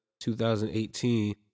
2018